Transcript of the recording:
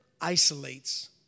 isolates